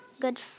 good